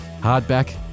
hardback